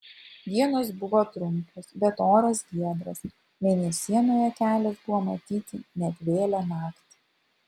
dienos buvo trumpos bet oras giedras mėnesienoje kelias buvo matyti net vėlią naktį